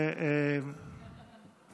זה קצת מפריע.